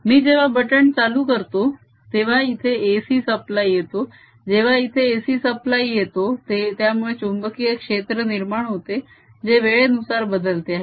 मी जेव्हा बटन चालू करतो तेव्हा इथे AC सप्लाय येतो जेव्हा इथे AC सप्लाय येतो त्यामुळे चुंबकीय क्षेत्र निर्माण होते जे वेळेनुसार बदलते आहे